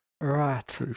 Right